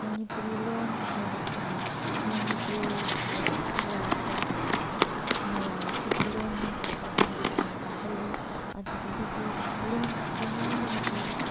ꯃꯅꯤꯄꯨꯔꯤ ꯂꯣꯟ ꯍꯥꯏꯕꯁꯤꯅ ꯃꯅꯤꯄꯨꯔꯤ ꯏꯁꯇꯦꯠ ꯑꯁꯤꯗ ꯂꯩꯔꯤꯕ ꯃꯌꯥꯝꯁꯤꯒꯤ ꯂꯣꯟꯅꯤ ꯍꯥꯏꯕ ꯃꯁꯛ ꯑꯃ ꯇꯥꯛꯍꯜꯂꯤ ꯑꯗꯨꯗꯒꯤꯗꯤ ꯂꯣꯟ ꯑꯁꯤ ꯉꯥꯡꯂꯕꯗꯤ